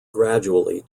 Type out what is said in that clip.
gradually